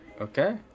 Okay